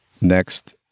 Next